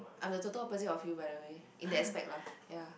I'm a total opposite of you by the way in that aspect lah ya